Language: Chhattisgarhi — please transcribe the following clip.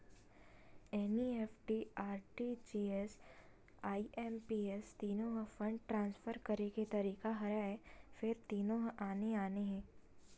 एन.इ.एफ.टी, आर.टी.जी.एस, आई.एम.पी.एस तीनो ह फंड ट्रांसफर करे के तरीका हरय फेर तीनो ह आने आने हे